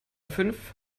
fünf